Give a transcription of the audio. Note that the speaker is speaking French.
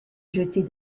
jeter